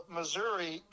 Missouri